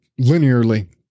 Linearly